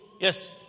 Yes